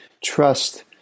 trust